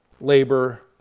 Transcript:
labor